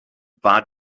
war